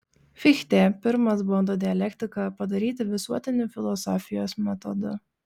fichtė pirmas bando dialektiką padaryti visuotiniu filosofijos metodu